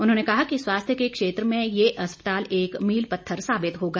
उन्होंने कहा कि स्वास्थ्य के क्षेत्र में ये अस्पताल एक मील पत्थर साबित होगा